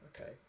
okay